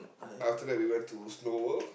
after that we went to Snow-World